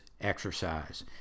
exercise